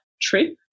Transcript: trip